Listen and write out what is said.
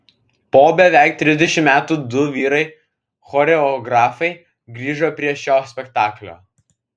po beveik trisdešimt metų du vyrai choreografai grįžo prie šio spektaklio